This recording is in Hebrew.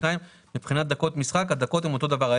מבחינת דקות משחק הדקות הן אותו דבר.